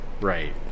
Right